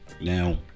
Now